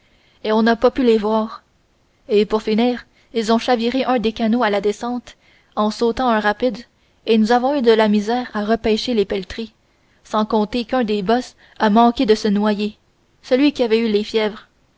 et on n'a pas pu les voir et pour finir ils ont chaviré un des canots à la descente en sautant un rapide et nous avons eu de la misère à repêcher les pelleteries sans compter qu'un des boss a manqué de se noyer celui qui avait eu les fièvres